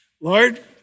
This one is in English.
Lord